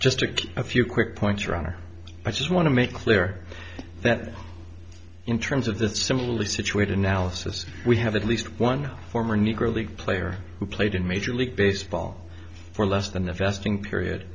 just to keep a few quick points around or i just want to make clear that in terms of the similarly situated analysis we have at least one former negro league player who played in major league baseball for less than a vesting period